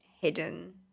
hidden